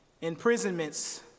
imprisonments